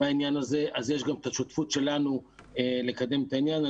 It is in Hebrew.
בעניין הזה אז יש גם את השותפות שלנו לקדם את העניין.